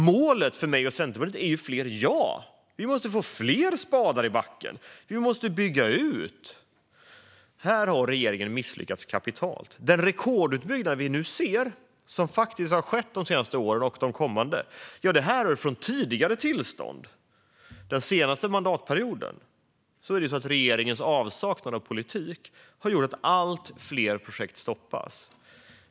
Målet för mig och Centerpartiet är fler ja. Vi måste få fler spadar i backen. Vi måste bygga ut. Här har regeringen misslyckats kapitalt. Den rekordutbyggnad som faktiskt har skett de senaste åren och som kommer att ske de kommande härrör från tidigare tillstånd. Den senaste mandatperioden har regeringens avsaknad av politik gjort att allt fler projekt stoppas.